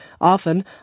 Often